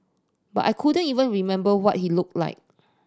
but I couldn't even remember what he looked like